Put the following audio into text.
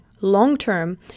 long-term